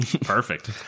Perfect